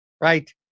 Right